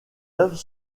œuvres